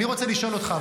אבל אני רוצה לשאול אותך,